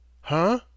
Huh